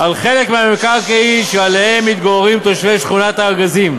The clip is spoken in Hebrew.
על חלק מהמקרקעין שעליהם מתגוררים תושבי שכונת הארגזים,